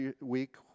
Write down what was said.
week